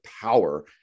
power